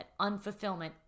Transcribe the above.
unfulfillment